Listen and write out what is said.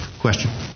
Question